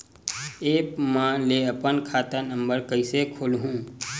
App म ले अपन खाता नम्बर कइसे खोलहु?